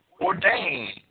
ordained